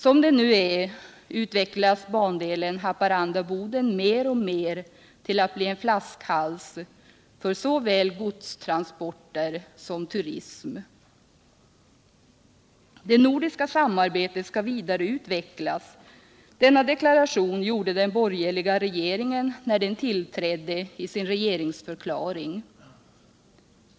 Som det nu är utvecklas bandelen Haparanda-Boden mer och mer till att bli en flaskhals för såväl godstransporter som turism. ”Det nordiska samarbetet skall vidareutvecklas.” Denna deklaration gjorde den borgerliga regeringen i sin regeringsförklaring när den tillträdde.